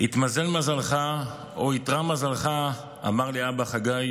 התמזל מזלך, או איתרע מזלך, אמר לי האבא חגי,